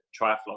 triathlon